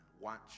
Watch